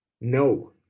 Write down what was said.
No